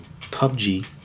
PUBG